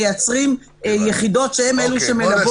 מייצרים יחידות שהן אלה שמלוות.